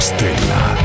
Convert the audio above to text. Stella